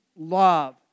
Love